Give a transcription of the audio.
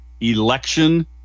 election